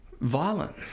violent